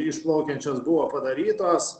išplaukiančios buvo padarytos